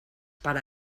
per